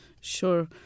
Sure